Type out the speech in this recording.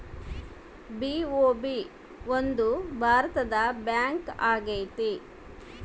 BOB ಒಂದು ಭಾರತದ bank ಆಗೈತೆ